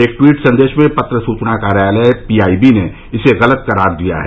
एक ट्वीट संदेश में पत्र सूचना कार्यालय पीआईबी ने इसे गलत करार दिया है